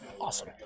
Awesome